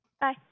Bye